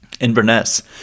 Inverness